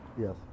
Yes